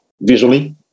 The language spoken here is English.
visually